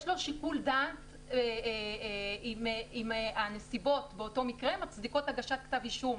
יש לו שיקול דעת אם הנסיבות באותו מקרה מצדיקות הגשת כתב אישום.